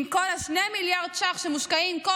אם כל 2 מיליארד השקלים שמושקעים כל